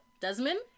Desmond